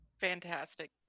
Fantastic